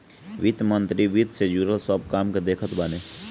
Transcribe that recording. वित्त मंत्री वित्त से जुड़ल सब काम के देखत बाने